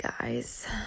guys